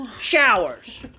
showers